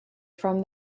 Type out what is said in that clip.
from